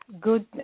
good